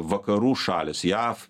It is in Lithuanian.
vakarų šalys jav